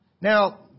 Now